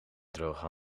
droge